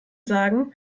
sagen